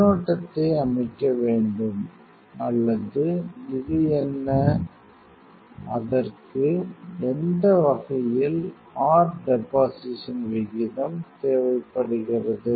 ன்னோட்டத்தை அமைக்க வேண்டும் அல்லது இது என்ன அதற்கு எந்த வகையில் r டெபொசிஷன் விகிதம் தேவைப்படுகிறது